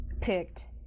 picked